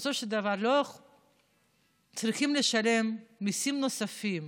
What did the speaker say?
בסופו של דבר צריכים לשלם מיסים נוספים